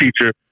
teacher